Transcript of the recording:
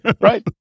Right